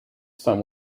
sun